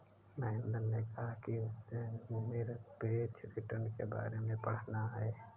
महेंद्र ने कहा कि उसे निरपेक्ष रिटर्न के बारे में पढ़ना है